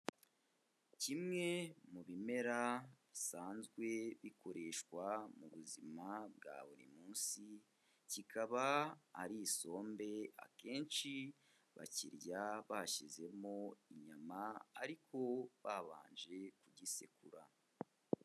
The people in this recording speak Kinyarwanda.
Kimwe mu bimera bisanzwe bikoreshwa mu buzima bwa buri munsi, kikaba ari isombe akenshi bakirya bashyizemo inyama ariko babanje kugisekura.